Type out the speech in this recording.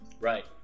Right